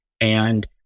And-